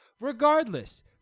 Regardless